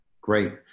Great